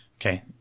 Okay